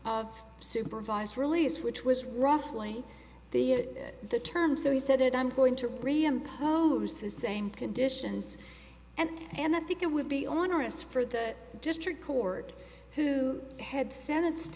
of supervised release which was roughly the the term so he said it i'm going to reimpose the same conditions and and i think it would be onerous for the district court who had senate